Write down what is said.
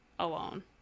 alone